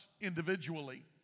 individually